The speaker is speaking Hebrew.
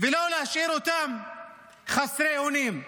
ולא להשאיר אותם חסרי אונים.